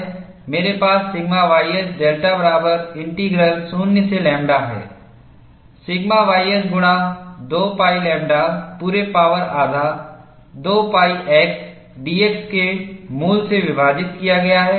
मेरे पास sigma ys delta बराबर इंटीग्रल 0 से लैम्बडा है सिग्मा ys गुणा 2 pi लैम्ब्डा पूरे पावर आधा 2 pi x dx के मूल से विभाजित किया गया है